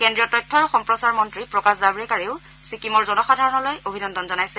কেন্দ্ৰীয় তথ্য আৰু সম্প্ৰচাৰ মন্ত্ৰী প্ৰকাশ জাভ্ৰেকাৰেও ছিকিমৰ জনসাধাৰণলৈ অভিনন্দন জনাইছে